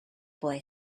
boy